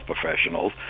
professionals